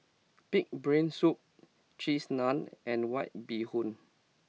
Pig'S Brain Soup Cheese Naan and White Bee Hoon